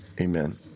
amen